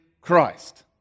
Christ